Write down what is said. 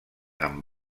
amb